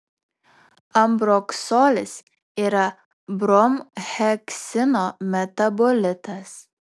ambroksolis yra bromheksino metabolitas